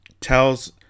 tells